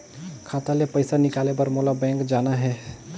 खाता ले पइसा निकाले बर मोला बैंक जाना हे?